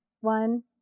one